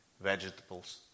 vegetables